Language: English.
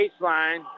baseline